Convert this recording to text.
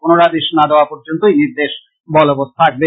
পুনরাদেশ না দেওয়া পর্য্যন্ত এই নির্দেশ বলবৎ থাকবে